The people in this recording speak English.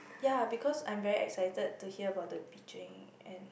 ya because I'm very excited to hear about the bitching and